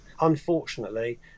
Unfortunately